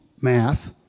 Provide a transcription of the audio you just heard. math